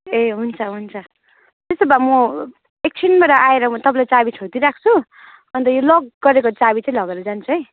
ए हुन्छ हुन्छ त्यसो भए म एकछिनबाट आएर म तपाईँलाई चाबी छोड्दिई राख्छु अन्त यो लक गरेको चाबी चाहिँ लगेर जान्छु है